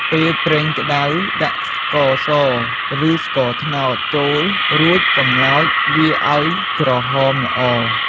ពេលប្រេងក្ដៅ ដាក់ ស្ករស ឬស្ករត្នោត ចូល រួចកម្លោចវាឱ្យក្រហមល្អ។